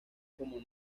como